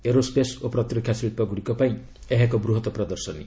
aero space ଓ ପ୍ରତିରକ୍ଷା ଶିଳ୍ପଗୁଡ଼ିକ ପାଇଁ ଏହା ଏକ ବୃହତ ପ୍ରଦର୍ଶନୀ